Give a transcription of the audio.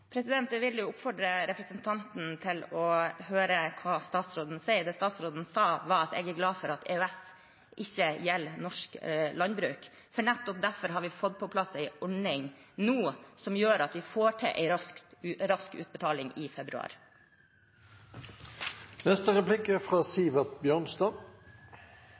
Jeg vil oppfordre representanten til å høre hva statsråden sier. Det statsråden sa, var at jeg er glad for at EØS ikke gjelder norsk landbruk, for nettopp derfor har vi fått på plass en ordning nå, som gjør at vi får til en rask utbetaling i februar. Poenget med alle strømkompensasjonsordningene er